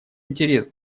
интерес